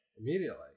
Immediately